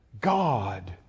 God